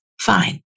Fine